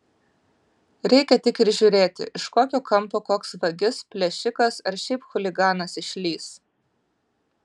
reikia tik ir žiūrėti iš kokio kampo koks vagis plėšikas ar šiaip chuliganas išlįs